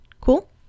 Cool